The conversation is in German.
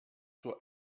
zur